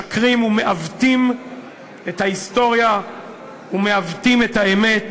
משקרים ומעוותים את ההיסטוריה ומעוותים את האמת.